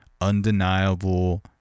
undeniable